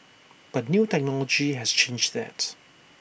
but new technology has changed that